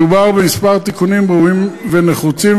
מדובר בכמה תיקונים ראויים ונחוצים,